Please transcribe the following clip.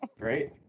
great